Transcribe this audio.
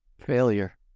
failure